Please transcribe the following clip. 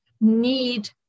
need